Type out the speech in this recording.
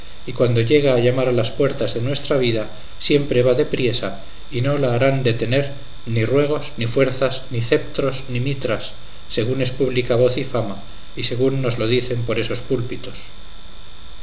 y cuando llega a llamar a las puertas de nuestra vida siempre va depriesa y no la harán detener ni ruegos ni fuerzas ni ceptros ni mitras según es pública voz y fama y según nos lo dicen por esos